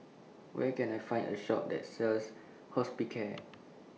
Where Can I Find A Shop that sells Hospicare